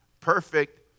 perfect